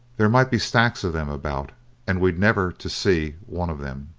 there might be stacks of them about and we never to see one of them.